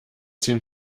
zehn